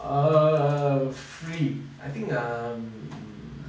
err free I think um